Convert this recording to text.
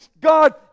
God